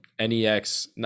NEX